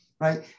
right